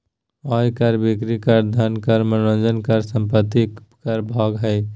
आय कर, बिक्री कर, धन कर, मनोरंजन कर, संपत्ति कर भाग हइ